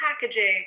packaging